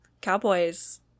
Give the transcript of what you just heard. cowboys